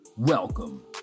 Welcome